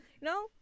no